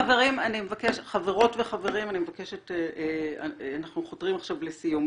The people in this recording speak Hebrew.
חברות וחברים, אנחנו חותרים עכשיו לסיום.